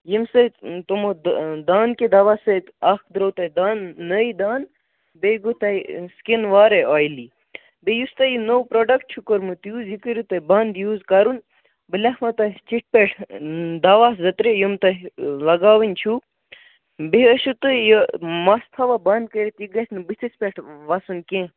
ییٚمہِ سۭتۍ تِمہٕ دانہٕ کہِ دواہ سۭتۍ اکھ درٛایوٕ تۄہہِ دانہٕ نٔوۍ دانہٕ بییٛہِ گوٚو تۄہہِ سِکِن وارے اویلی بییٛہِ یُس تۄہہِ یہِ نوٚو پرٛوڈکٹ چھُ کوٚرمُت یوٗز یہِ کٔرِو تُہۍ بَند یوٗز کَرُن بہٕ لیٚکھٕ وۅنۍ تۄہہِ چِٹھ پیٹھ دواہ زٕ ترٛےٚ یِم تۄہہِ لگاوٕنی چھُو بییٛہِ ٲسوٕ تُہۍ یہِ مَس تھاواں بنٛد کٔرِتھ یہِ گَژھِ نہٕ بُتھِس پیٹھ وَسُن کیٚنٛہہ